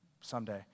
someday